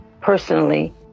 personally